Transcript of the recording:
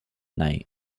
night